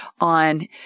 on